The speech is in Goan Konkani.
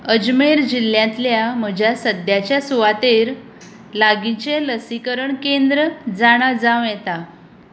अजमेर जिल्ल्यांतल्या म्हज्या सद्याच्या सुवातेर लागींचें लसीकरण केंद्र जाणा जावं येता